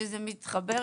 שזה מתחבר